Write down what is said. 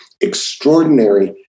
extraordinary